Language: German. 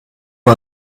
nur